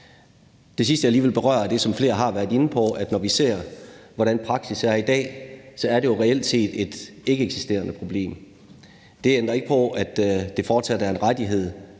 Det sidste, jeg lige vil berøre, er noget, som flere har været inde på, og det er, at når vi ser på, hvordan praksis er i dag, er det jo reelt set et ikkeeksisterende problem. Det ændrer ikke på, at det fortsat er en rettighed,